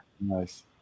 nice